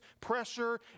pressure